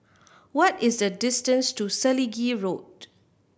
what is the distance to Selegie Road